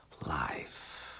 Life